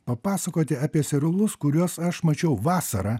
papasakoti apie serialus kuriuos aš mačiau vasarą